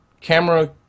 camera